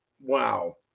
wow